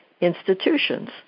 institutions